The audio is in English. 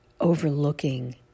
overlooking